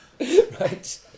right